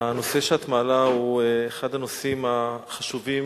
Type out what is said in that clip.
הנושא שאת מעלה הוא אחד הנושאים החשובים,